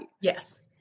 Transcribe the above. yes